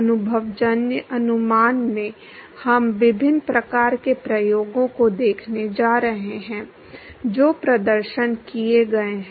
अनुभवजन्य अनुमान में हम विभिन्न प्रकार के प्रयोगों को देखने जा रहे हैं जो प्रदर्शन किए गए हैं